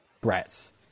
breaths